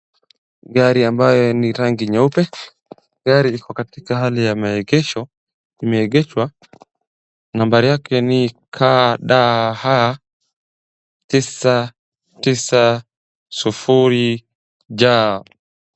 Gari ambaye ni rangi nyeupe. Gari iko katika hali ya maegesho, imeegeshwa. Nambari yake ni KDH tisa tisa sufuri J.